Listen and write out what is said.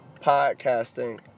podcasting